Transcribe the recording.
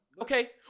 Okay